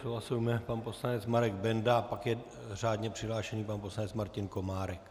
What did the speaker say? Slova se ujme pan poslanec Marek Benda a pak je řádně přihlášený pan poslanec Martin Komárek.